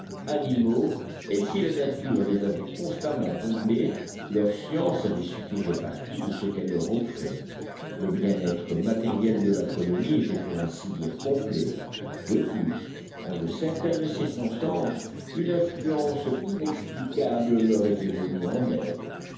animaux et si la nature les avait constamment comblés leur science avait su tirer parti de ce qu'elle leur offrait le bien-être matériel de la colonie était pour ainsi dire complet de plus en de certaines circonstances une influence inexplicable leur était venue en aide